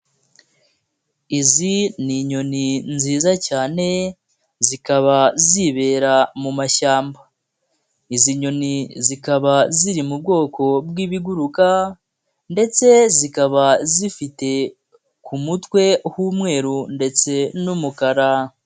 Izi ni inyoni nziza cyane, zikaba zibera mu mashyamba. Izi nyoni zikaba ziri mu bwoko bw'ibiguruka ndetse zikaba zifite ku mutwe h'umweru ndetse n'umukara.